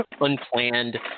unplanned